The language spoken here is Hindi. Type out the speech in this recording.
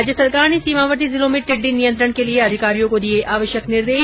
राज्य सरकार ने सीमावर्ती जिलों में टिड्डी नियंत्रण के लिये अधिकारियों को दिये आवश्यक निर्देश